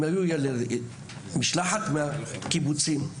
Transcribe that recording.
הם היו במשלחת מהקיבוצים.